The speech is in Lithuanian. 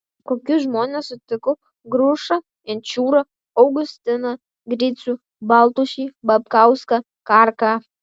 kokius žmones sutikau grušą inčiūrą augustiną gricių baltušį babkauską karką